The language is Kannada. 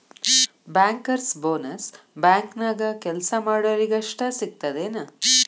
ಬ್ಯಾಂಕರ್ಸ್ ಬೊನಸ್ ಬ್ಯಾಂಕ್ನ್ಯಾಗ್ ಕೆಲ್ಸಾ ಮಾಡೊರಿಗಷ್ಟ ಸಿಗ್ತದೇನ್?